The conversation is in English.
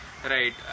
right